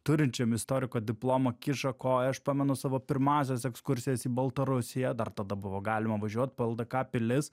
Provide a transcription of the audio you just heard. turinčiam istoriko diplomą kiša koją aš pamenu savo pirmąsias ekskursijas į baltarusiją dar tada buvo galima važiuot po ldk pilis